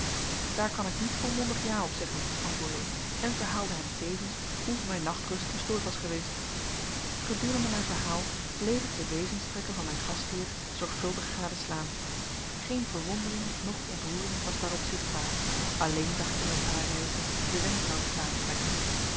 daar kan ik niet volmondig ja op zeggen antwoordde ik en verhaalde hem tevens hoe mijn nachtrust gestoord was geweest gedurende mijn verhaal bleef ik de wezenstrekken van mijn gastheer zorgvuldig gadeslaan geen verwondering noch ontroering was daarop zichtbaar alleen zag ik hem een paar reizen de wenkbrauwen